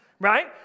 right